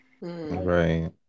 Right